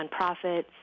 nonprofits